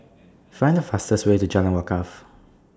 Find The fastest Way to Jalan Wakaff